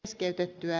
keskeytyttyä